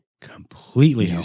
Completely